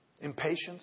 Impatience